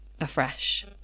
afresh